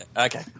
Okay